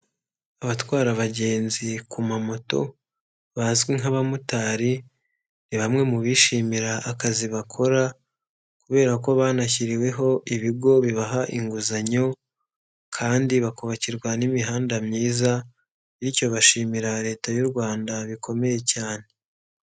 Abatwara abagenzi ku mamoto bazwi nk'abamotari ni bamwe mu bishimira akazi bakora kubera ko banashyiriweho ibigo bibaha inguzanyo kandi bakubakirwa n'imihanda myiza, bityo bashimira Leta y'u Rwanda bikomeye cyane.